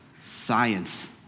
science